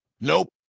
Nope